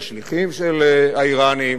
בשליחים של האירנים,